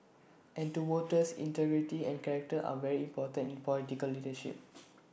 and to voters integrity and character are very important in political leadership